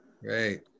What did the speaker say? Great